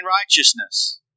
righteousness